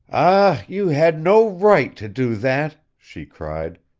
ah, you had no right to do that! she cried.